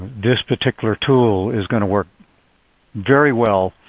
this particular tool is going to work very well.